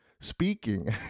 Speaking